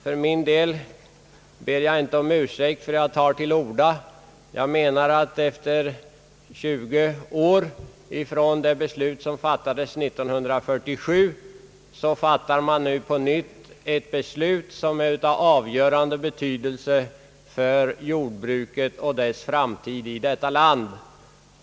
För min del ber jag inte om. ursäkt för att jag tar till orda. Vi har nu 20 år efter det beslut som fattades år 1947 på nytt att ta ställning till ett förslag av avgörande betydelse för jordbruket och dess framtid i vårt land.